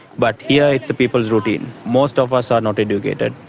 but here it's the people's routine. most of us are not educated.